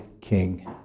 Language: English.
King